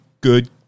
good